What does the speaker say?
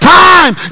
time